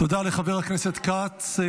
תודה לחבר הכנסת כץ.